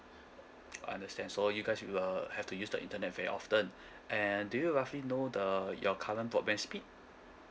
understand so you guys will uh have to use the internet very often and do you roughly know the your current broadband speed